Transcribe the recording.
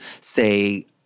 say